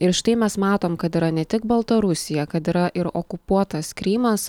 ir štai mes matom kad yra ne tik baltarusija kad yra ir okupuotas krymas